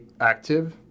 active